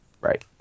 Right